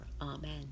Amen